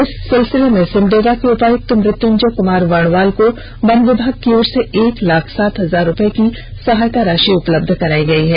इस सिलसिले में सिमडेगा के उपायुक्त मुत्युंजय कुमार वर्णवाल को वन विभाग की ओर से एक लाख सात हजार रूपये की सहायता राषि उपलब्ध कराई गई है